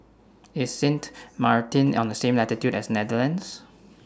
IS Sint Maarten on The same latitude as Netherlands